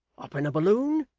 up in a balloon?